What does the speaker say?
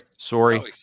sorry